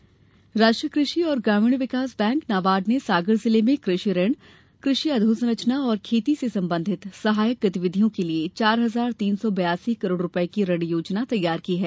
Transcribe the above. नाबार्ड राष्ट्रीय कृषि और ग्रामीण विकास बैंक नाबार्ड ने सागर जिले में कृषि ऋण कृषि अधोसंरचना और खेती से संबंधित सहायक गतिविधियों के लिए चार हजार तीन सौ बयासी करोड़ रुपये की ऋण योजना तैयार की है